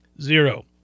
zero